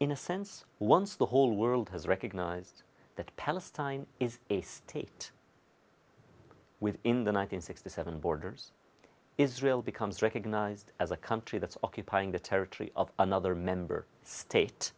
in a sense once the whole world has recognized that palestine is a state within the one hundred sixty seven borders israel becomes recognized as a country that's occupying the territory of another member state